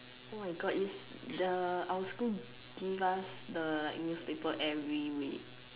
oh my god is the our school give us the newspaper every week